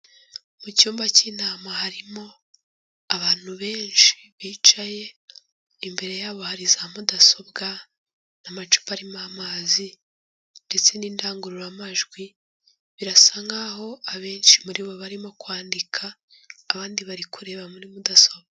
Mu cyumba cy'inama harimo abantu benshi bicaye, imbere y'abo hari za mudasobwa n'amacupa arimo amazi ndetse n'indangururamajwi, birasa nk'aho abenshi muribo barimo kwandika, abandi bari kureba muri mudasobwa.